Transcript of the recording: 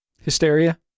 Hysteria